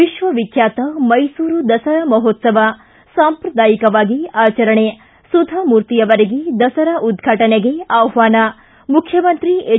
ವಿಶ್ವ ವಿಖ್ಯಾತ ಮೈಸೂರು ದಸರಾ ಮಹೋತ್ಸವ ಸಂಪ್ರದಾಯಿಕವಾಗಿ ಆಚರಣೆ ಸುಧಾ ಮೂರ್ತಿ ಅವರಿಗೆ ದಸರಾ ಉದ್ವಾಟನೆಗೆ ಆಹ್ವಾನ ಮುಖ್ಯಮಂತ್ರಿ ಹೆಚ್